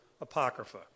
apocrypha